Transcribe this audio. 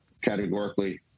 categorically